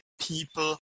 people